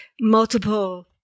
multiple